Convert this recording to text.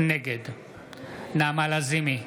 נגד נעמה לזימי,